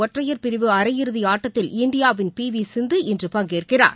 ஒற்றையர் பிரிவு அரை இறுதிஆட்டத்தில் இந்தியாவின் பிவிசிந்து இன்று பங்கேற்கிறார்